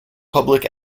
public